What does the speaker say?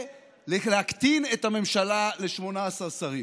להקטין את הממשלה ל-18 שרים,